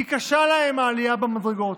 כי קשה להם העלייה במדרגות.